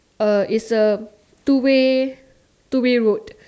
uh it's a two way two way route